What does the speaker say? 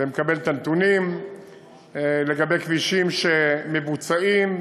ומקבל את הנתונים לגבי כבישים שמבוצעים,